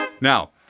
Now